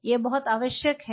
यह बहुत आवश्यक है